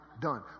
done